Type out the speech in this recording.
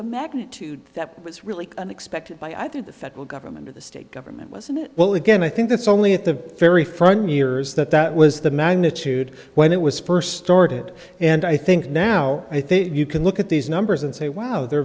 a magnitude that was really unexpected by either the federal government or the state government wasn't it well again i think it's only at the very front years that that was the magnitude when it was first started and i think now i think you can look at these numbers and say wow they're